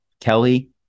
Kelly